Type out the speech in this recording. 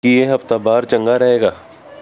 ਕੀ ਇਹ ਹਫ਼ਤਾ ਬਾਹਰ ਚੰਗਾ ਰਹੇਗਾ